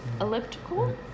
elliptical